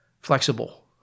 flexible